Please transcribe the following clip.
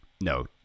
No